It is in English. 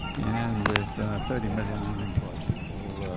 and with thirty million unemployed people,